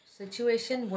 situation